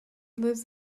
lives